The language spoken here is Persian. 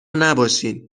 نباشین